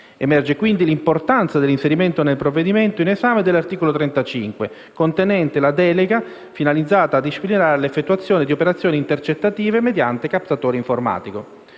Emerge, quindi, l'importanza dell'inserimento nel provvedimento in esame dell'articolo 35, contenente la delega finalizzata a disciplinare l'effettuazione di operazioni intercettative mediante captatore informatico.